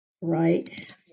Right